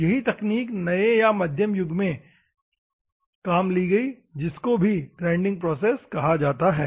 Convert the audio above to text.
यही तकनीक नए या मध्ययुग में काम में ली गई जिसको भी ग्राइंडिंग प्रोसेस कहा जाता है